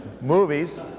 movies